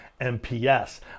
MPS